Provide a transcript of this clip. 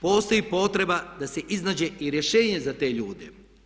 Postoji potreba da se iznađe i rješenje za te ljude.